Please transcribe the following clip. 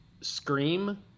Scream